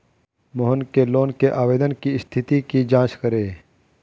मोहन के लोन के आवेदन की स्थिति की जाँच करें